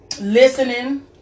listening